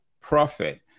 profit